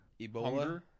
Ebola